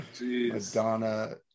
Madonna